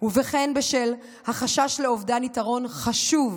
וכן בשל החשש לאובדן יתרון חשוב,